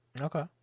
Okay